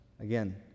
again